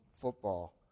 football